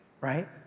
right